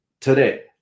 today